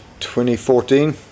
2014